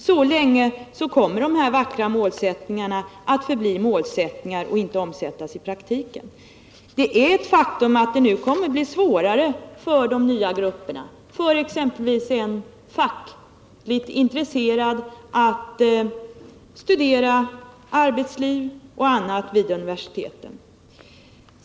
Så länge man inte är beredd att vidta dessa åtgärder kommer de här vackra målsättningarna att förbli målsättningar och inte uppfyllas i praktiken. Det är ett faktum att det nu kommer att bli svårare för de nya grupperna, för exempelvis en fackligt intresserad, att studera arbetsliv och annat vid universiteten.